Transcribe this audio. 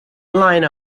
line